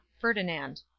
Ferdinand